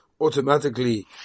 automatically